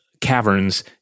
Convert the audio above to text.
caverns